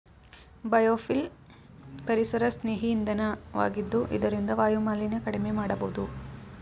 biofuel ಪರಿಸರಸ್ನೇಹಿ ಇಂಧನ ವಾಗಿದ್ದು ಇದರಿಂದ ವಾಯುಮಾಲಿನ್ಯ ಕಡಿಮೆ ಮಾಡಬೋದು